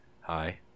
Hi